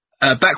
Back